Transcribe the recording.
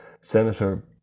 Senator